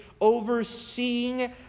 overseeing